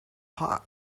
hot